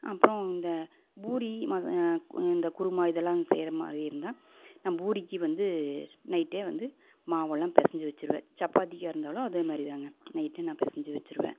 அப்புறம் இந்த பூரி இந்த குருமா இதெல்லாம் செய்யற மாதிரி இருந்தா நான் பூரிக்கு வந்து நைட்டே வந்து மாவெல்லாம் பெசஞ்சு வச்சுருவேன் சப்பாத்திக்காக இருந்தாலும் அதே மாதிரிதாங்க நைட்டே நான் பெசஞ்சு வச்சுருவேன்